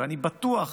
ואני בטוח